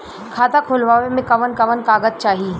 खाता खोलवावे में कवन कवन कागज चाही?